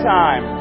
time